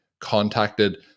contacted